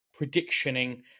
predictioning